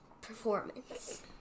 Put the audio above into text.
performance